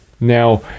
Now